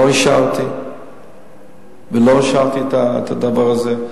לא אישרתי את הדבר הזה.